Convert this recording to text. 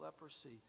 leprosy